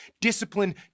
Discipline